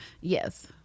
yes